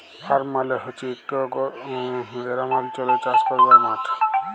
farm মালে হছে ইকট গেরামাল্চলে চাষ ক্যরার মাঠ